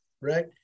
right